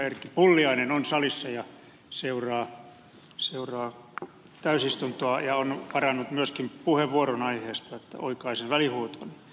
erkki pulliainen on salissa ja seuraa täysistuntoa ja on varannut myöskin puheenvuoron aiheesta joten oikaisen välihuutoni